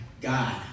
God